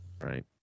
Right